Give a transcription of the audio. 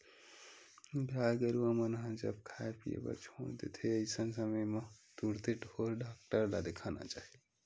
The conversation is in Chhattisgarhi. गाय गरुवा मन ह जब खाय पीए बर छोड़ देथे अइसन समे म तुरते ढ़ोर डॉक्टर ल देखाना चाही